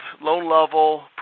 loan-level